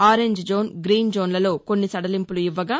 orange zone green జోస్షలో కొన్ని సడలింపులు ఇవ్వగా